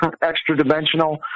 extra-dimensional